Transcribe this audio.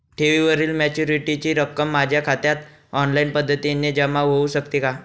ठेवीवरील मॅच्युरिटीची रक्कम माझ्या खात्यात ऑनलाईन पद्धतीने जमा होऊ शकते का?